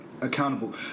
accountable